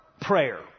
prayer